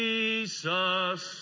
Jesus